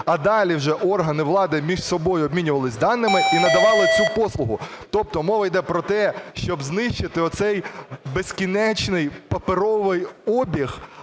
а далі вже органи влади між собою обмінювались даними і надавали цю послугу. Тобто мова йде про те, щоб знищити оцей безкінечний паперовий обіг